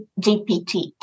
GPT